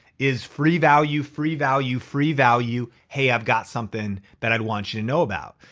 is free value, free value, free value, hey, i've got something that i'd want you to know about.